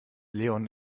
leon